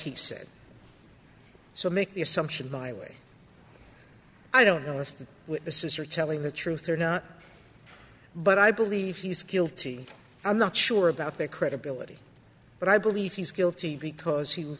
he said so make the assumption by way i don't know if the witnesses are telling the truth or not but i believe he's guilty i'm not sure about their credibility but i believe he's guilty because he